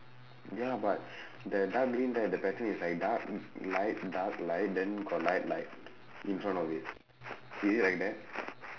ya but the dark green right the pattern is like dark light dark light then got light light in front of it is it like that